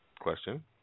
Question